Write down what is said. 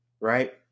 right